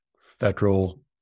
federal